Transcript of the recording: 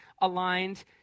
aligned